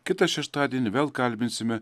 kitą šeštadienį vėl kalbinsime